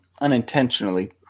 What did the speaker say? unintentionally